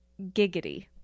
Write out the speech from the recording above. Giggity